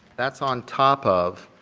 that's on top of